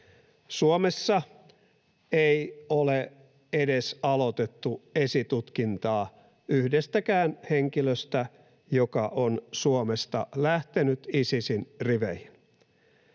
Suomessa ei ole edes aloitettu esitutkintaa yhdestäkään henkilöstä, joka on Suomesta lähtenyt Isisin riveihin.